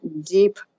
deep